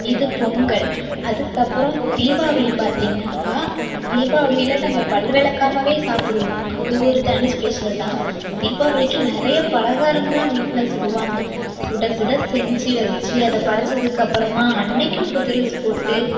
இது பொங்கல் அதுக்கப்புறம் தீபாவளி பார்த்திங்கனாக்கா தீபாவளியில நம்ம பல் விளக்காமவே சாப்பிடுவோம் அது ஒரு தனி ஸ்பெஷல் தான் தீபாவளிக்கு நிறைய பலகாரங்கலாம் வீட்டில் சுடுவாங்க சுட சுட செஞ்சிவச்சு அதை படைச்சதுக்கு அப்புறமா அன்னைக்கும் புது ட்ரெஸ் போட்டு